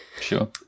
sure